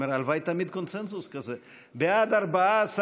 בעד, 14,